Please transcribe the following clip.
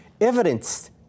Evidence